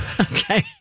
Okay